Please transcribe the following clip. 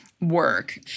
work